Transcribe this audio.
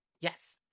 Yes